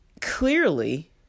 clearly